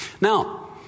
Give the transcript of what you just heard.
Now